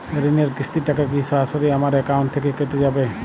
ঋণের কিস্তির টাকা কি সরাসরি আমার অ্যাকাউন্ট থেকে কেটে যাবে?